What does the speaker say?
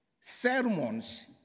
sermons